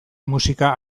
musika